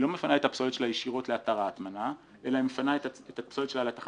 היא לא מפנה את הפסולת שלה ישירות לאתר ההטמנה,